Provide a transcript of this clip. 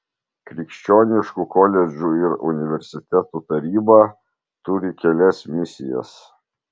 krikščioniškų koledžų ir universitetų taryba turi kelias misijas